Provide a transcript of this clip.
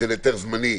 של היתר זמני.